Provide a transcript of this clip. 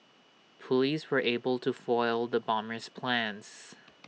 Police were able to foil the bomber's plans